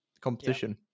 competition